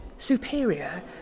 Superior